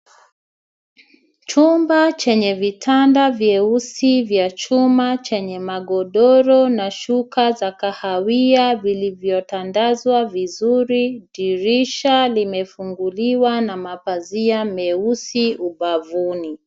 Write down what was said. Chumba chenye vitanda vieusi vya chuma chenye magodoro na shuka za kahawia vilivyo tandazwa vizuri, dirisha limefunguliwa na mapazia meusi ubavuni.